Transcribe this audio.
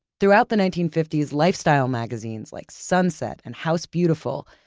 throughout the nineteen fifty s, lifestyle magazines like sunset, and house beautiful,